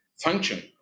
function